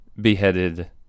beheaded